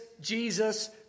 Jesus